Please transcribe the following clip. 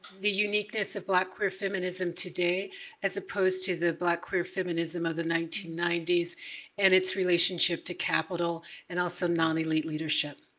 the uniqueness of black queer feminism today as opposed to the black queer feminism of the nineteen ninety s and its relationship to capital and also non-elite leadership?